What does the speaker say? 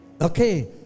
Okay